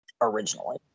originally